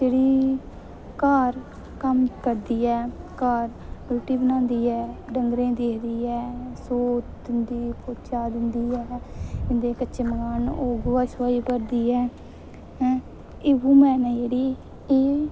जेह्ड़ी घर कम्म करदी ऐ घर रुट्टी बनांदी ऐ डंगरें गी दिखदी ऐ सोत दिंदी ते पोचा दिंदी ऐ ते जिं'दे पक्के मकान न ओह् गोहा दिंदी ऐ ते गोहे भरदी ऐ एह् वूमन ऐ जेह्ड़ी एह्